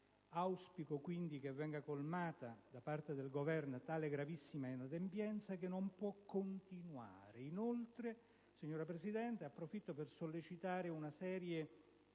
Auspico, quindi, che venga colmata da parte del Governo tale gravissima inadempienza, che non può continuare. Inoltre, signora Presidente, approfitto per sollecitare la